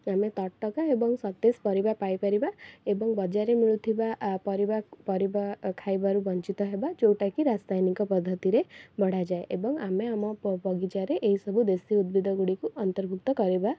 ଆମେ ତଟକା ଏବଂ ସତେଜପରିବା ପାଇପାରିବା ଏବଂ ବଜାରରେ ମିଳୁଥିବା ଆ ପରିବା ପରିବା ଖାଇବାରୁ ବଞ୍ଚିତ ହେବା ଯେଉଁଟାକି ରାସାୟନିକ ପଦ୍ଧତିରେ ବଢ଼ାଯାଏ ଏବଂ ଆମେ ଆମ ବଗିଚାରେ ଏହିସବୁ ଦେଶୀ ଉଦ୍ଭିଦ ଗୁଡ଼ିକୁ ଅନ୍ତର୍ଭୁକ୍ତ କରିବା